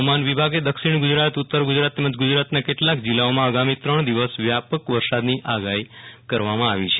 હવામાન વિભાગે દક્ષિણ ગુજરાત ઉત્તર ગુજરાત તેજમ રાજયના કેટલાક જીલ્લાઓમાં આગામી ત્રણ દિવસ વ્યાપક વરસાદની આગાહી કરવામાં આવી છે